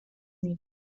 niri